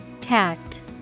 Tact